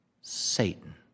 Satan